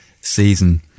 season